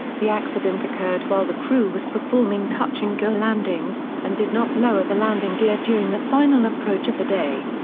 the accident occurred while the crew was performing touch-and-go landings, and did not lower the landing gear during the final approach of the day.